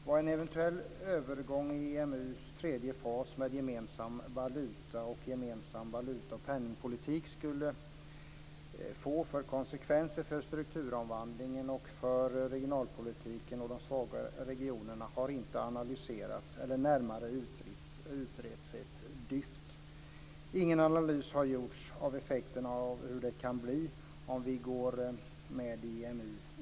Vad en eventuellt övergång i EMU:s tredje fas med gemensam valuta och gemensam valuta och penningpolitik skulle få för konsekvenser för strukturomvandlingen och för regionalpolitiken och de svaga regionerna har inte analyserats eller närmare utretts ett dyft. Ingen analys har gjorts av effekterna av hur det kan bli om vi går med i EMU.